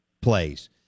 plays